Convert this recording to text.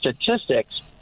statistics